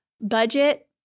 budget